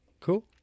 Cool